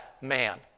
man